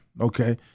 okay